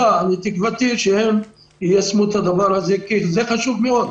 תקוותי שהם יישמו את הדבר הזה כי זה חשוב מאוד.